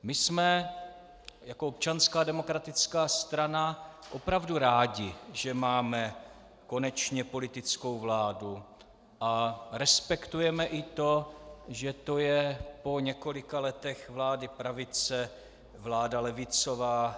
My jsme jako Občanská demokratická strana opravdu rádi, že máme konečně politickou vládu, a respektujeme i to, že to je po několika letech vlády pravice vláda levicová.